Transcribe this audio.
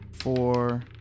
four